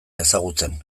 ezagutzen